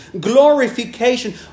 glorification